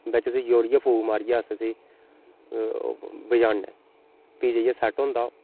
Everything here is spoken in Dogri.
बेच्च उसी जोरियै फूक मारियै अस उसी बजान्ने फ्ही जियां सैट होंदा